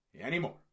anymore